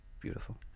beautiful